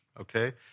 okay